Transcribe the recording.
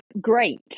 great